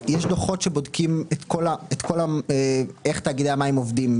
יש דוחות שבודקים איך תאגידי המים עובדים.